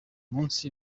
munsi